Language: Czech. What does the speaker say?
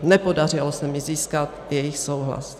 Nepodařilo se mi získat jejich souhlas.